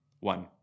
One